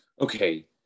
Okay